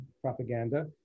propaganda